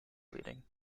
bleeding